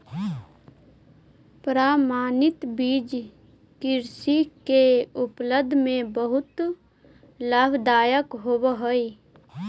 प्रमाणित बीज कृषि के उत्पादन में बहुत लाभदायक होवे हई